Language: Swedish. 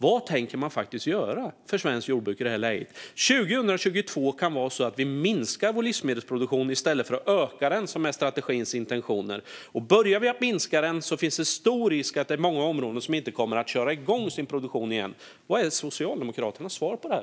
Vad tänker man göra för svenskt jordbruk i det här läget? År 2022 kan det vara så att vi minskar vår livsmedelsproduktion i stället för att öka den enligt strategins intentioner. Börjar vi minska den finns det stor risk att det är många områden som inte kommer att köra igång sin produktion igen. Vilket är Socialdemokraternas svar på det här?